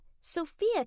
Sophia